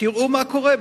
תראו מה קורה,